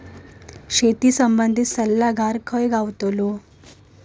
शेती संबंधित सल्लागार खय गावतलो?